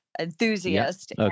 enthusiast